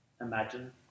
imagine